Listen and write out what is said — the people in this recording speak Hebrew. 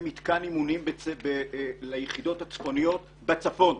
מתקן אימונים ליחידות הצפוניות בצפון.